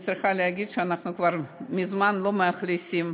אני צריכה להגיד שאנחנו כבר מזמן לא מאכלסים